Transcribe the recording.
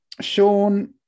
Sean